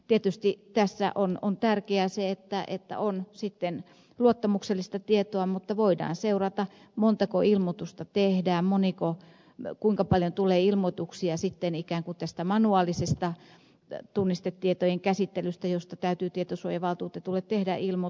tietysti tässä on tärkeää se että on sitten luottamuksellista tietoa mutta voidaan seurata montako ilmoitusta tehdään kuinka paljon tulee ilmoituksia sitten ikään kuin tästä manuaalisesta tunnistetietojen käsittelystä josta täytyy tietosuojavaltuutetulle tehdä ilmoitus